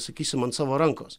sakysim ant savo rankos